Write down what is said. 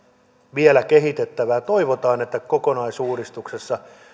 vielä kehitettävää toivotaan että kokonaisuudistuksessa